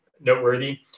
noteworthy